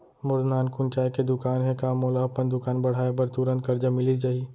मोर नानकुन चाय के दुकान हे का मोला अपन दुकान बढ़ाये बर तुरंत करजा मिलिस जाही?